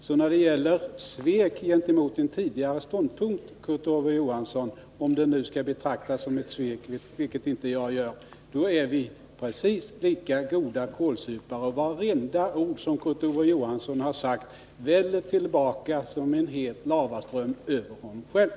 Om man nu skall betrakta det som ett svek — vilket inte jag gör — gentemot en tidigare ståndpunkt, Kurt Ove Johansson, då är vi precis lika goda kålsupare. Vartenda ord Kurt Ove Johansson sagt väller tillbaka som en het lavaström över honom själv.